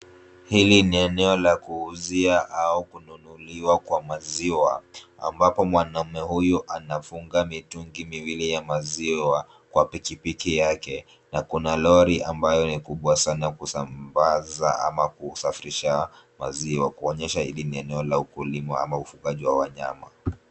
Hili ni eneo la kuuzia au kununuliwa kwa maziwa ambapo mwanamume huyu anafunga mitungi miwili ya maziwa , kwa pikipiki yake na kuna lori ambayo ni kubwa sana kusambaza ama kusafirisha maziwa kuonyesha hili ni eneo la ukulima ama ufugaji wa wanyama.